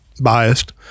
Biased